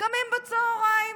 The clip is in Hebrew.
קמים בצוהריים,